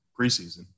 preseason